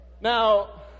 now